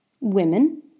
Women